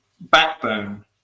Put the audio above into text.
backbone